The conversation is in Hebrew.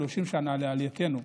30 שנה לעלייתנו,